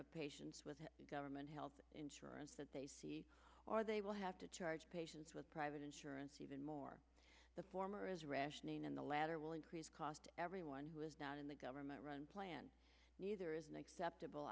of patients with government health insurance that they see or they will have to charge patients with private insurance even more the former is rationing and the latter will increase cost everyone who is not in the government run plan neither is an acceptable